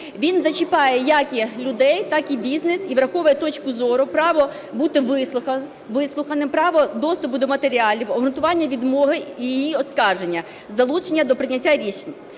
Він зачіпає як людей, так і бізнес, і враховує точку зору, право бути вислуханим, право доступу до матеріалів, обґрунтування відмови і її оскарження, залучення до прийняття рішень.